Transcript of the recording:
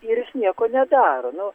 ir jis nieko nedaro nu